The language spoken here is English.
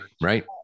Right